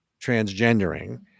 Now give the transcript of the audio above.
transgendering